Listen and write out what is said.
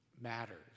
matters